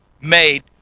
made